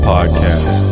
Podcast